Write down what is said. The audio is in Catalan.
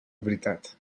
veritat